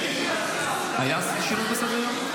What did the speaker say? היה שינוי בסדר-היום?